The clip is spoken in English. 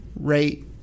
Rate